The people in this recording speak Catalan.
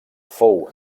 fou